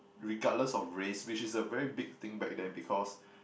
regardless of race which is a very big thing back then because